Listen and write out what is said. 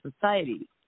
society